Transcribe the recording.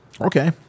Okay